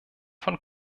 von